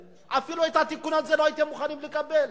אפילו את התיקון הזה לא הייתם מוכנים לקבל.